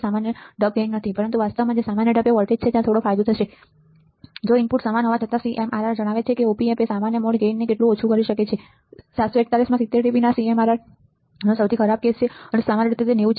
સામાન્ય ઢબ ગેઇન નથી પરંતુ વાસ્તવમાં તે સામાન્ય ઢબે વોલ્ટેજ છે ત્યાં થોડો ફાયદો થશે જો કે ઇનપુટ્સ સમાન હોવા છતાં CMRR જણાવે છે કે Op amp આ સામાન્ય મોડ ગેઇનને કેટલું ઓછું કરી રહ્યું છે 741માં 70 dB ના CMRRનો સૌથી ખરાબ કેસ છે અને સામાન્ય રીતે તે 90 છે